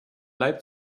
leib